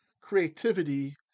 creativity